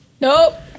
Nope